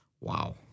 Wow